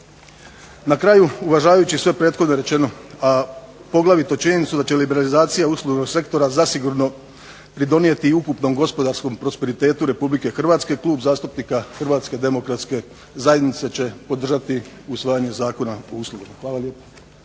Na kraju uvažavajući sve prethodno rečeno, a poglavito činjenicu da će liberalizacija uslužnog sektora zasigurno pridonijeti i ukupnom gospodarskom prosperitetu RH Klub zastupnika HDZ-a će podržati usvajanje Zakona o uslugama. Hvala lijepo.